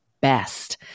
best